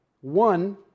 One